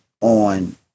on